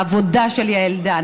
העבודה של יעל דן,